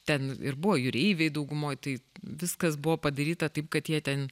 ten ir buvo jūreiviai daugumoj tai viskas buvo padaryta taip kad jie ten